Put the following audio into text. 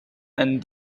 and